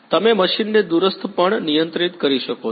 તમે મશીનને દૂરસ્થ પણ નિયંત્રિત કરી શકો છો